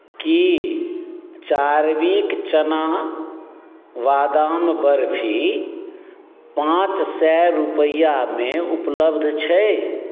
की चारविक चना बादाम बर्फी पाँच सए रूपैआमे उपलब्ध छै